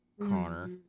Connor